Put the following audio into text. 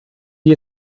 wie